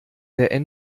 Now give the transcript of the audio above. der